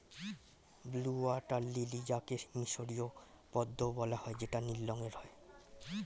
blue water lily যাকে মিসরীয় পদ্মও বলা হয় যেটা নীল রঙের হয়